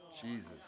Jesus